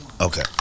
Okay